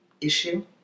issue